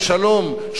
שוחרי צדק,